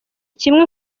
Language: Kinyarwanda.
kimwe